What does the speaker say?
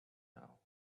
now